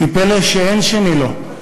היא פלא שאין שני לו.